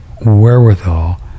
wherewithal